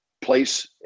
place